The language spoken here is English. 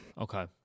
Okay